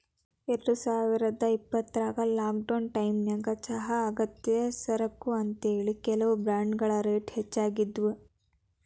ಎರಡುಸಾವಿರದ ಇಪ್ಪತ್ರಾಗ ಲಾಕ್ಡೌನ್ ಟೈಮಿನ್ಯಾಗ ಚಹಾ ಅಗತ್ಯ ಸರಕು ಅಂತೇಳಿ, ಕೆಲವು ಬ್ರಾಂಡ್ಗಳ ರೇಟ್ ಹೆಚ್ಚಾಗಿದ್ವು